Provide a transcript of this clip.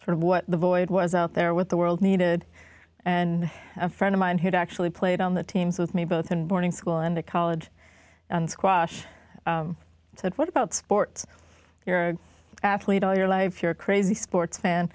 sort of what the void was out there with the world needed and a friend of mine who'd actually played on the teams with me both in boarding school and college squash said what about sports athlete all your life you're crazy sports fan